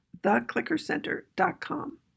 theclickercenter.com